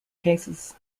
cases